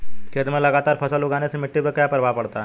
खेत में लगातार फसल उगाने से मिट्टी पर क्या प्रभाव पड़ता है?